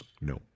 no